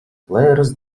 players